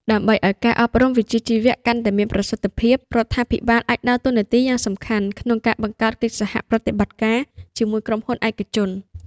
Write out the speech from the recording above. ដើម្បីឱ្យការអប់រំវិជ្ជាជីវៈកាន់តែមានប្រសិទ្ធភាព រដ្ឋាភិបាលអាចដើរតួនាទីយ៉ាងសំខាន់ក្នុងការបង្កើតកិច្ចសហប្រតិបត្តិការជាមួយក្រុមហ៊ុនឯកជន។